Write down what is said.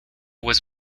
was